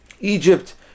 Egypt